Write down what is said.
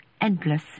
endless